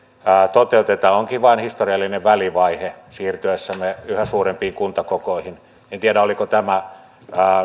toteutetaan ovatkin vain historiallinen välivaihe siirtyessämme yhä suurempiin kuntakokoihin en tiedä oliko tämä